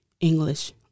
English